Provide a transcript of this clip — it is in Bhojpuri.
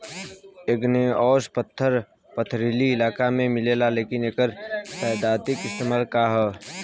इग्नेऔस पत्थर पथरीली इलाका में मिलेला लेकिन एकर सैद्धांतिक इस्तेमाल का ह?